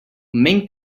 mink